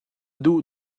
duh